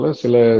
sila